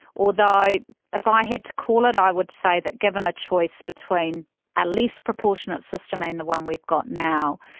although if i had to call it, i would say that given a choice between a least proportionate system and the one we've got now,